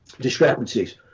discrepancies